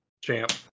Champ